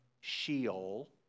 Sheol